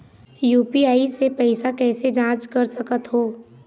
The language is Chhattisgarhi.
यू.पी.आई से पैसा कैसे जाँच कर सकत हो?